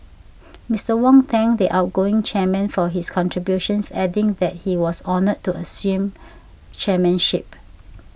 Mister Wong thanked the outgoing chairman for his contributions adding that he was honoured to assume chairmanship